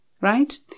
right